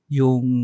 yung